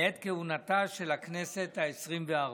בעת כהונתה של הכנסת העשרים-וארבע.